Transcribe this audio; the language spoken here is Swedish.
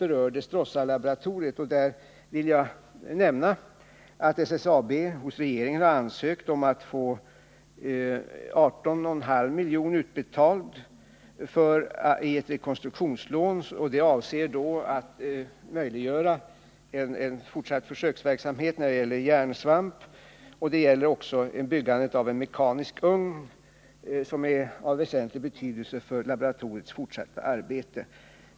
I det sammanhanget vill jag nämna att SSAB hos regeringen har ansökt om att få 18 1/2 miljoner anvisade i form av ett rekonstruktionslån avsett att möjliggöra en fortsatt verksamhet när det gäller järnsvamp. Det gäller också byggandet av en mekanisk ugn som är av väsentlig betydelse för laboratoriets fortsatta arbete.